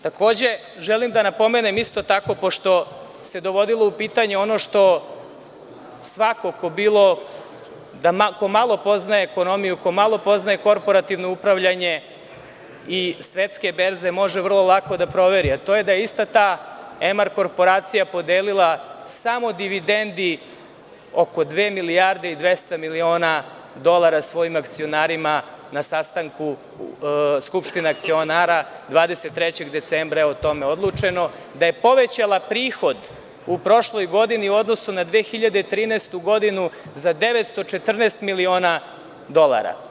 Takođe, želim da napomenem isto tako, pošto se dovodilo u pitanje ono što svako ko i malo poznaje ekonomiju, ko malo poznaje korporativno upravljanje i svetske berze može vrlo lako da proveri, a to je da je ista ta Emar korporacija podelila samo dividendi oko 2.200.000.000 dolara svojim akcionarima, na sastanku Skupštine akcionara 23. decembra o tome je odlučeno, da je povećala prihod u prošloj godini u odnosu na 2013. godinu za 914 miliona dolara.